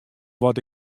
wat